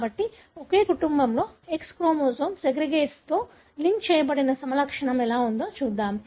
కాబట్టి ఒక కుటుంబం లో X క్రోమోజోమ్ సేగ్రిగేట్స్ తో లింక్ చేయబడిన సమలక్షణం ఎలా ఉందో చూద్దాం